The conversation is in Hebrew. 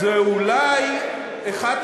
זה אולי אחת,